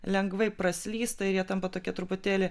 lengvai praslysta ir jie tampa tokie truputėlį